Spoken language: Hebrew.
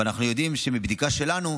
אבל אנחנו יודעים שמבדיקה שלנו,